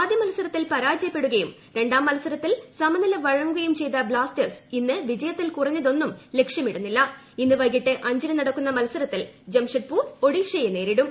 ആദ്യ മത്സരത്തിൽ പരാജയപ്പെടുകയും രണ്ടാം മത്സരത്തിൽ സമനില വഴങ്ങുകയും ചെയ്ത ബ്ലാസ്റ്റേഴ്സ് ഇന്ന് വിജയത്തിൽ കുറഞ്ഞതൊന്നും ലക്ഷ്യമിടുന്നില്ല് ് ഇന്ന് വൈകിട്ട് അഞ്ചിന് നട്ടക്കുന്ന മത്സരത്തിൽ ജംഷഡ്പൂർ ഒഡീഷയെ നേരിടും